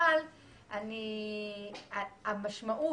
אבל יש לה משמעות